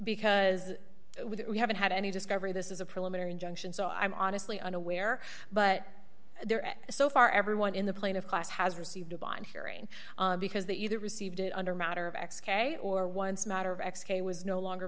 because we haven't had any discovery this is a preliminary injunction so i'm honestly unaware but there are so far everyone in the plane of class has received a bond hearing because they either received it under matter of x k or once a matter of x k was no longer